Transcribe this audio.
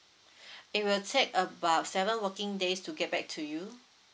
it will take about seven working days to get back to you